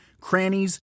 crannies